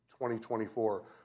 2024